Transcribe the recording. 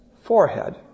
forehead